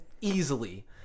easily